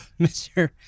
mr